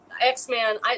X-Men